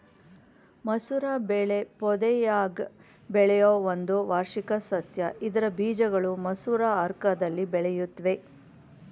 ಮಸೂರ ಬೆಳೆ ಪೊದೆಯಾಗ್ ಬೆಳೆಯೋ ಒಂದು ವಾರ್ಷಿಕ ಸಸ್ಯ ಇದ್ರ ಬೀಜಗಳು ಮಸೂರ ಆಕಾರ್ದಲ್ಲಿ ಬೆಳೆಯುತ್ವೆ